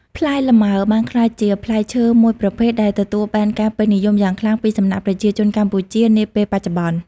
ផ្លែលម៉ើបានក្លាយជាផ្លែឈើមួយប្រភេទដែលទទួលបានការពេញនិយមយ៉ាងខ្លាំងពីសំណាក់ប្រជាជនកម្ពុជានាពេលបច្ចុប្បន្ន។